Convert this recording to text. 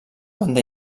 banda